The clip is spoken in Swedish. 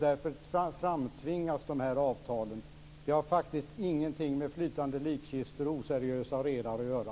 Därför framtvingas dessa avtal. Det har ingenting med flytande likkistor och oseriösa redare att göra.